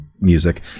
music